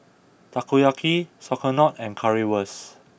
Takoyaki Sauerkraut and Currywurst